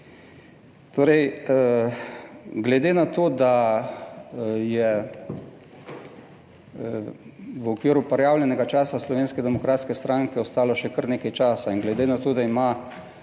Torej, glede na to, da je v okviru prijavljenega časa Slovenske demokratske stranke ostalo še kar nekaj časa in glede na to, da ima